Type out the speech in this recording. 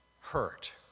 hurt